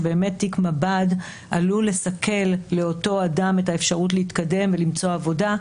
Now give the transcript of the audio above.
על כך שתיק מב"ד עלול לסכל לאותו אדם את האפשרות להתקדם ולמצוא עבודה,